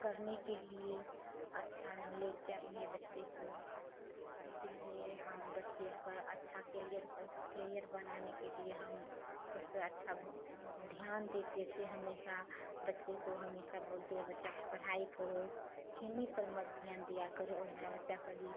करने के लिए अच्छा नॉलेज़ चाहिए बच्चे को इसीलिए हम बच्चे का अच्छा केलियर कर कैरियर बनाने के लिए हम उसपर अच्छा से ध्यान देते थे हमेशा बच्चे को हमेशा बोलते थे बच्चा पढ़ाई करो खेलने पर मत ध्यान दिया करो और मेरा बच्चा कभी